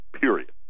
Period